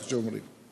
כמו שאומרים.